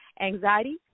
anxiety